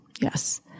Yes